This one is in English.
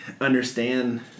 understand